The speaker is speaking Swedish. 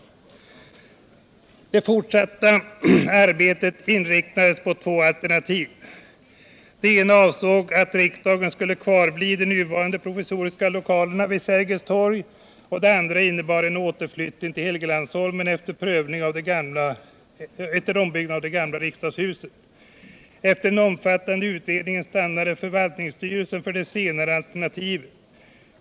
Det fortsatta arbetet inriktades på två alternativ. Det ena avsåg att riksdagen skulle kvarbli i de nuvarande provisoriska lokalerna vid Sergels torg. Det andra innebar återflyttning till Helgeandsholmen efter ombyggnad av det gamla riksdagshuset. Efter en omfattande utredning stannade förvaltningsstyrelsen för det senare alternativet.